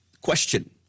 question